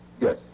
Yes